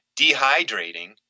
dehydrating